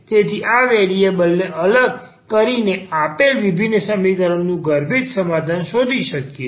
તેથી આ વેરિએબલ ને અલગ કરીને આપેલ વિભિન્ન સમીકરણનું ગર્ભિત સમાધાન શોધી શકીએ છે